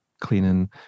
cleaning